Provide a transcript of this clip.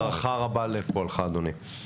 והערכה רבה לפועלך, אדוני.